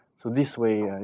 so this way, yeah.